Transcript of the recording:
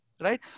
right